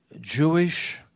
Jewish